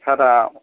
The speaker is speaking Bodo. सारा